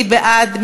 מי בעד?